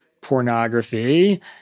pornography